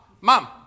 Mom